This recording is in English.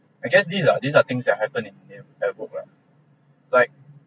I guess these are these are things that are happen in in that group lah like